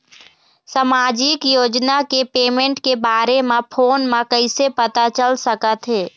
सामाजिक योजना के पेमेंट के बारे म फ़ोन म कइसे पता चल सकत हे?